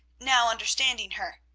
now understanding her.